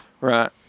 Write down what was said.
Right